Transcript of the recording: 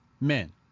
Men